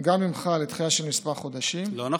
גם ממך לדחייה של כמה חודשים, לא נכון.